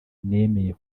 nemeye